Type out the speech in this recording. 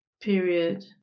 period